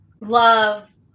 love